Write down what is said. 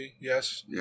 Yes